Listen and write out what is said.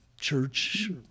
church